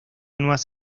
nuevas